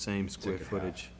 same square footage